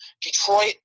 Detroit